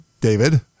David